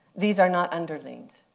these are not underlings.